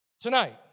Tonight